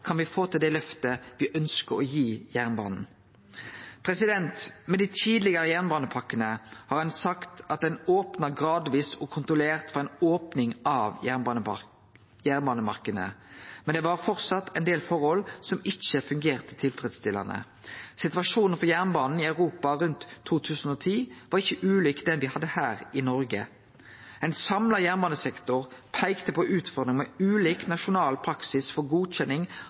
kan me få til det løftet me ønskjer å gi jernbanen. Med dei tidlegare jernbanepakkane har ein sagt at ein opna gradvis og kontrollert når det gjaldt ei opning av jernbanemarknadene. Men det var framleis ein del forhold som ikkje fungerte tilfredsstillande. Situasjonen for jernbanen i Europa rundt 2010 var ikkje ulik den me hadde her i Noreg. Ein samla jernbanesektor peikte på utfordringa med ulik nasjonal praksis for godkjenning